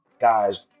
guys